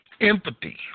empathy